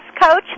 coach